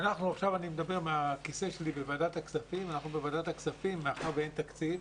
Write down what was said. אנחנו בוועדת הכספים, מאחר ואין תקציב,